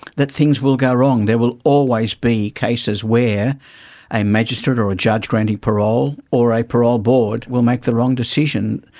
that things will go wrong, there will always be cases where a magistrate or or a judge granting parole or a parole board will make the wrong decision.